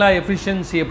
efficiency